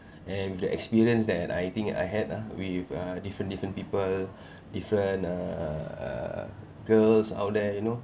and the experience that I think I had ah with uh different different people different uh err girls out there you know